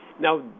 Now